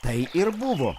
tai ir buvo